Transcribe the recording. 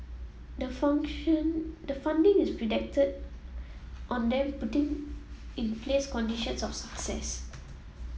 the function the funding is predicted on them putting in place conditions of success